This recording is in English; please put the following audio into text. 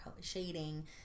shading